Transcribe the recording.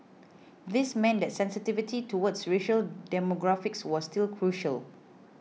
this meant that sensitivity towards racial demographics was still crucial